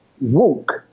walk